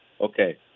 okay